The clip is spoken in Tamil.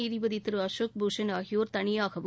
நீதிபதி அசோக் பூஷன் ஆகியோர் தனியாகவும்